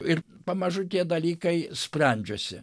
ir pamažu tie dalykai sprendžiasi